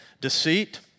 Deceit